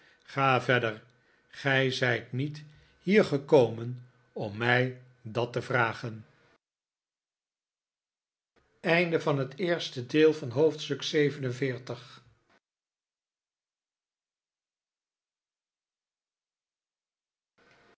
ga verder gij zijt niet hier gekomen om mij dat te vragen